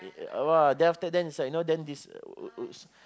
uh !wow! then after then it's like you know then this would